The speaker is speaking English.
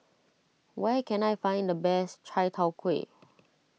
where can I find the best Chai Tow Kuay